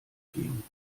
gehen